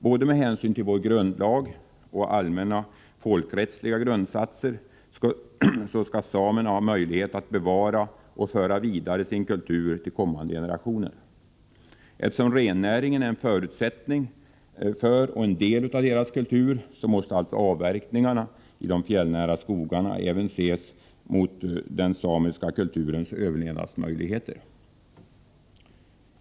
Både med hänsyn till vår grundlag och allmänna folkrättsliga grundsatser skall samerna ha möjlighet att bevara och föra vidare sin kultur till kommande generationer. Eftersom rennäringen är en förutsättning för och en del av deras kultur måste alltså avverkningarna i de fjällnära skogarna även ses mot den samiska kulturens överlevnadsmöjligheter.